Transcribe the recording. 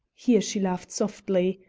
here she laughed softly,